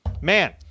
man